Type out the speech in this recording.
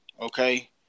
Okay